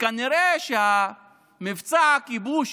וכנראה שמבצע הכיבוש